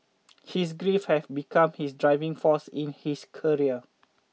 his grief had become his driving force in his career